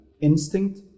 instinct